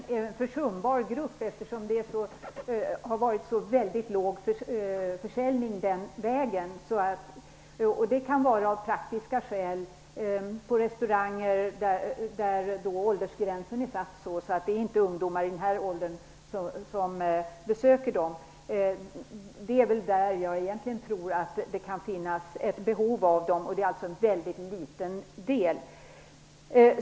Fru talman! Det är en försumbar grupp. Det har varit väldigt låg försäljning den vägen. Det kan finnas praktiska skäl när det gäller restauranger där åldersgränsen är satt på ett sådant sätt att ungdomar i den aktuella åldern inte besöker dem. Det är egentligen där jag tror att det kan finnas ett behov av automater. Det handlar alltså om en väldigt liten del.